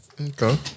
Okay